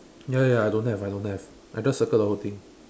ya ya ya I don't have I don't have I just circle the whole thing